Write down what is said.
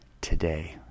today